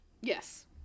Yes